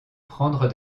prendre